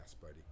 buddy